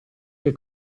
che